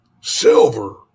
silver